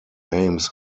aims